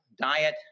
diet